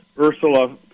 Ursula